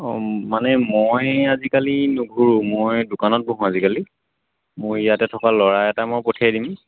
অ মানে মই আজিকালি নোঘূৰোঁ মই দোকানত বহোঁ আজিকালি মোৰ ইয়াতে থকা ল'ৰা এটা মই পঠিয়াই দিম